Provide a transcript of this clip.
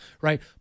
Right